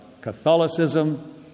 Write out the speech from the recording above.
Catholicism